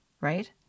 right